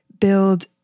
build